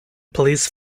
police